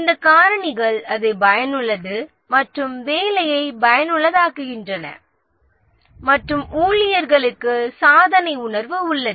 இந்த காரணிகள் வேலையை பயனுள்ளதாக்குகின்றன மற்றும் ஊழியர்களுக்கு சாதனை உணர்வு உள்ளது